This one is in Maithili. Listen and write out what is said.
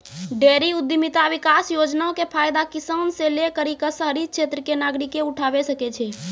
डेयरी उद्यमिता विकास योजना के फायदा किसान से लै करि क शहरी क्षेत्र के नागरिकें उठावै सकै छै